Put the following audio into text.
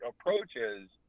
approaches